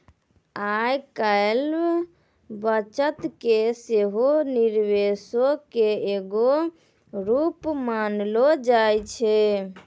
आइ काल्हि बचत के सेहो निवेशे के एगो रुप मानलो जाय छै